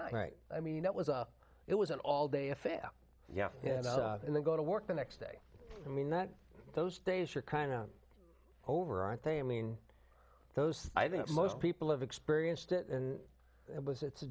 night i mean it was a it was an all day affair yeah yeah and then go to work the next day i mean that those days are kind over i think i mean those i think most people have experienced it and it was it's a